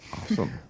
Awesome